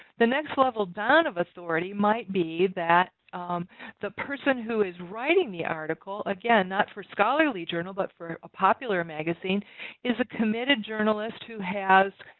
the next level down of authority might be that the person who is writing the article again not for scholarly journal but for a popular magazine is a committed journalist who has